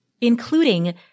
including